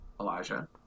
Elijah